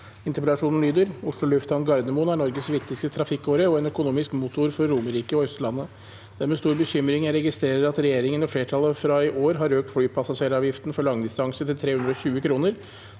samferdselsministeren: «Oslo lufthavn Gardermoen er Norges viktigste tra- fikkåre og en økonomisk motor for Romerike og Østlan- det. Det er med stor bekymring jeg registrerer at regjeringen og flertallet fra i år har økt flypassasjeravgif- ten for langdistanse til 320 kr,